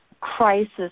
crisis